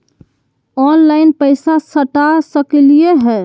Online पैसा सटा सकलिय है?